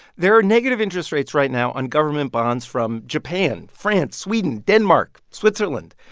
there are negative interest rates right now on government bonds from japan, france, sweden, denmark, switzerland.